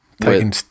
taking